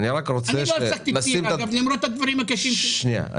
לא --- למרות הדברים הקשים --- שנייה,